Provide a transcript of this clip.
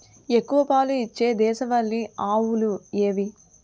ఎక్కువ పాలు ఇచ్చే దేశవాళీ ఆవులు ఏవి?